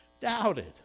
doubted